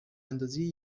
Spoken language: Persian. اندازی